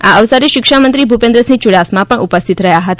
આ અવસરે શિક્ષણમંત્રી ભૂપેન્દ્રસિંહ યૂડાસમા પણ ઉપસ્થિત રહ્યા હતા